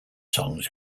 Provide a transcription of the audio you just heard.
songs